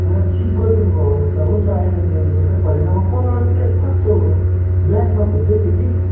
होइन सिफ्ट गरिदिनु भयो भने त हुन्छ आइरहने हो दोकान पर यिनीमा कलर चाहिँ कस्तो हो ब्ल्याकमा खोज्दै थिएँ कि